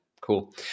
cool